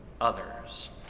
others